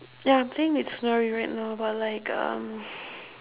ya I'm playing mitsunari right now but like um